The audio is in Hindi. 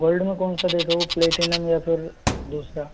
गोल्ड में कौन सा दिखाऊँ प्लेटिनम या फिर दूसरा